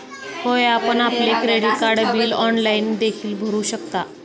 होय, आपण आपले क्रेडिट कार्ड बिल ऑनलाइन देखील भरू शकता